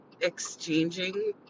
exchanging